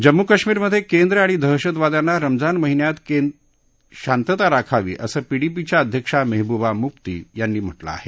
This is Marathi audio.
जम्मू कश्मीरमधे केंद्र आणि दहशतवाद्यांना रमजान महिन्यात शांतता राखावी असं पिडीपीच्या अध्यक्षा मेहबूबा मुफ्ती म्हटलं आहे